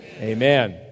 Amen